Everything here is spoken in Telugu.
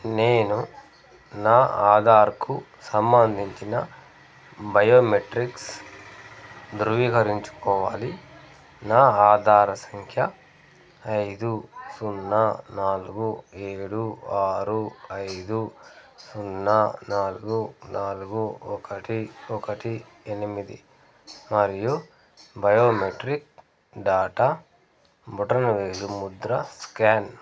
నేను నా ఆధార్కు సంబంధించిన బయోమెట్రిక్స్ ధృవీకరించుకోవాలి నా ఆధార సంఖ్య ఐదు సున్నా నాలుగు ఏడు ఆరు ఐదు సున్నా నాలుగు నాలుగు ఒకటి ఒకటి ఎనిమిది మరియు బయోమెట్రిక్ డాటా బొటనవేలు ముద్ర స్కాన్